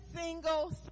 single